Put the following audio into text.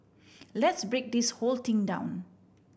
let's break this whole thing down